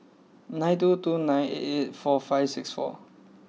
nine two two nine eight eight four five six four